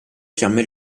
fiamme